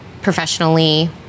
professionally